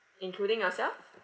including yourself